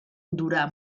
durà